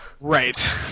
right